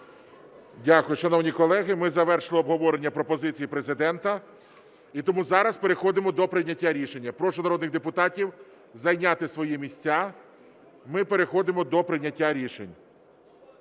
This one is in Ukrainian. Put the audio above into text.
Дякую. Шановні колеги, ми завершили обговорення пропозицій Президента. І тому зараз переходимо до прийняття рішення. Прошу народних депутатів зайняти свої місця, ми переходимо до прийняття рішень.